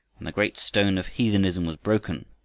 when the great stone of heathenism was broken,